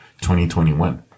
2021